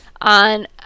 on